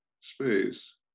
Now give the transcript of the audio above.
space